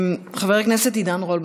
חבר הכנסת עידן רול,